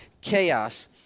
chaos